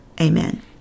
Amen